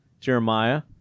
Jeremiah